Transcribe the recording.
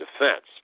defense